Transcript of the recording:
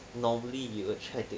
normally you will try to